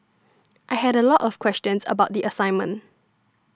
I had a lot of questions about the assignment